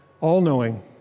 all-knowing